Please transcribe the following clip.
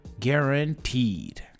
guaranteed